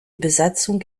besatzung